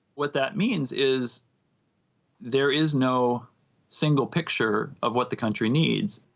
what that means is there is no single picture of what the country needs.